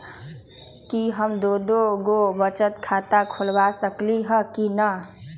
कि हम दो दो गो बचत खाता खोलबा सकली ह की न?